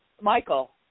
Michael